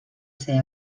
ser